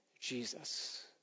Jesus